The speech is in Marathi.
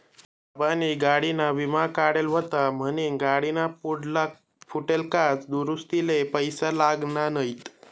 बाबानी गाडीना विमा काढेल व्हता म्हनीन गाडीना पुढला फुटेल काच दुरुस्तीले पैसा लागना नैत